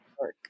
work